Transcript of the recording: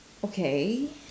okay